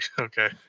Okay